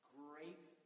great